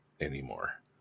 anymore